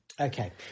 okay